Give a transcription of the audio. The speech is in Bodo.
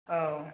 औ